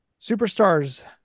Superstars